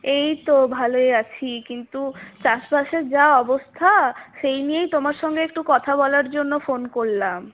এই তো ভালোই আছি কিন্তু চাষবাসের যা অবস্থা সেই নিয়েই তোমার সঙ্গে একটু কথা বলার জন্য ফোন করলাম